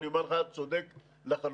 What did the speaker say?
אני אומר לך: צודק לחלוטין.